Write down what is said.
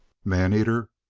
maneater?